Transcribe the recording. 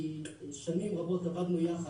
כי שנים רבות עבדנו יחד,